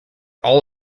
all